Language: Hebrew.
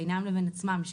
בינם לבין עצמם,